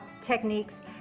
techniques